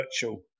virtual